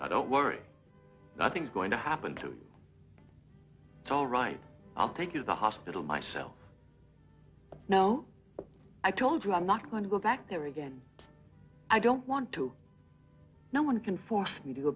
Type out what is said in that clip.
i don't worry i think going to happen to it's all right i'll take you to hospital myself now i told you i'm not going to go back there again i don't want to no one can force me to go